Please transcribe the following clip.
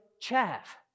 chaff